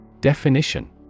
Definition